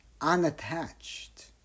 unattached